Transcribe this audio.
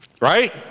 right